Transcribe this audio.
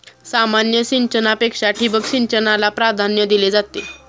सामान्य सिंचनापेक्षा ठिबक सिंचनाला प्राधान्य दिले जाते